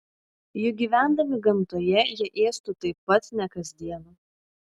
juk gyvendami gamtoje jie ėstų taip pat ne kasdien